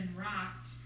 rocked